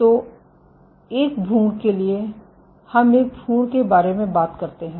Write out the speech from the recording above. तो एक भ्रूण के लिए हम एक भ्रूण के बारे में बात करते हैं